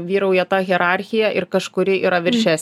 vyrauja tą hierarchija ir kažkuri yra viršesnė